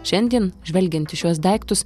šiandien žvelgiant į šiuos daiktus